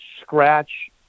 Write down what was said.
scratch